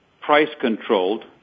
price-controlled